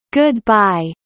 goodbye